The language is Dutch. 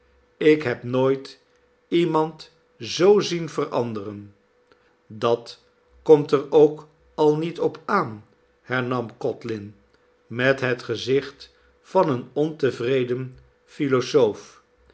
ik heb nooit iemand zoo zien veranderen dat komt er ook al niet op aan hernam codlin met het gezicht van een ontevreden philozoof